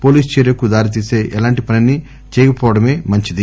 police చర్చకు దారితీసే ఎలాంటి పనినీ చేయకపోవడమే మంచింది